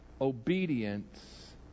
obedience